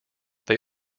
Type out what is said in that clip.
they